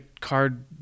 card